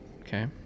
Okay